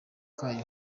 kayo